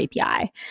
API